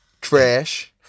trash